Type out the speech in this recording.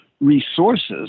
resources